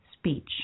speech